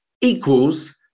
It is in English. equals